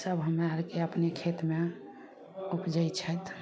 सभ हमरा आरके अपने खेतमे उपजय छथि